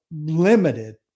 limited